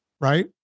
Right